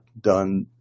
done